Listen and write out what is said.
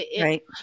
Right